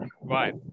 Right